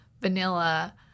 vanilla